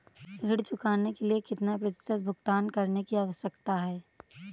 ऋण चुकाने के लिए कितना प्रतिशत भुगतान करने की आवश्यकता है?